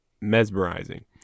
mesmerizing